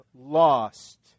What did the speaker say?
lost